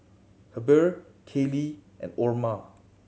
Heber Kaleigh and Orma